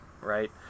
right